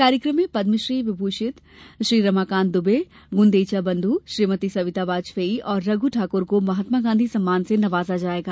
कार्यकम में पद्मश्री विमूषित श्री रमाकांत दुबे बुदेजा बंधु श्रीमति सविता वाजपेइ और रघु ठाकुर को महात्मा गांधी सम्मान से नमाजा जायेगा